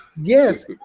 yes